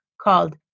called